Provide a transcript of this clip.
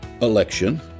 election